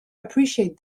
appreciate